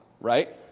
Right